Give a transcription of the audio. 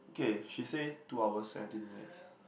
okay she say two hours seventeen minutes